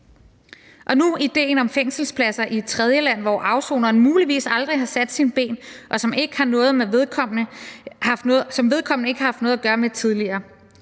kom ideen om fængselspladser i et tredjeland, hvor afsoneren muligvis aldrig har sat sine ben, og som vedkommende ikke har haft noget at gøre med tidligere.